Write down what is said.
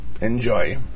Enjoy